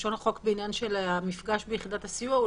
לשון החוק בעניין של המפגש ביחידת הסיוע היא